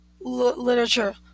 literature